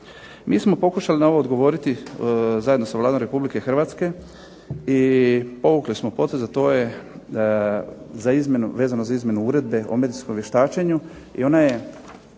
Mi smo pokušali na ovo odgovoriti zajedno sa Vladom Republike Hrvatske i povukli smo potez, a to je vezano za izmjenu Uredbe o medicinskom vještačenju i ona je